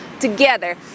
together